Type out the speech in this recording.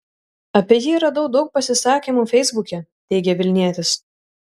apie jį radau daug pasisakymų feisbuke teigė vilnietis